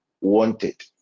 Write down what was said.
wanted